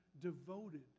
devoted